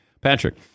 Patrick